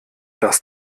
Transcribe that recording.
das